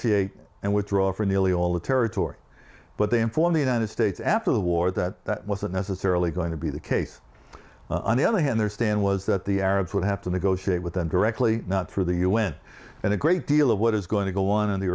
negotiate and withdraw from the only all the territory but they inform the united states after the war that that wasn't necessarily going to be the case on the other hand their stand was that the arabs would have to negotiate with them directly not through the u n and a great deal of what is going to go on in the